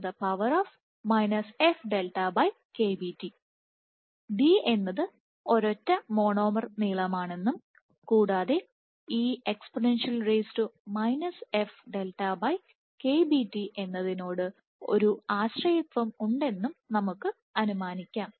d എന്നത് ഒരൊറ്റ monomer നീളമാണെന്നും കൂടാതെ e fKBTഎന്നതിനോട് ആശ്രയത്വം ഉണ്ടെന്നും നമുക്ക് അനുമാനിക്കാം